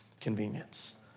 convenience